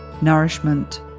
nourishment